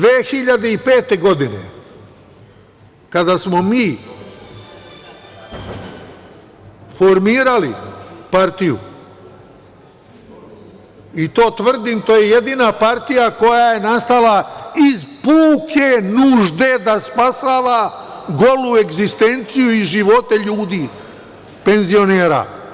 Molim vas, 2005. godine, kada smo mi formirali partiju i to tvrdim, to je jedina partija koja je nastala iz puke nužde da spasava golu egzistenciju i živote ljudi, penzionera.